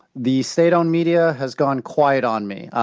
the state-owned media has gone quiet on me.